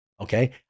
okay